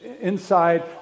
Inside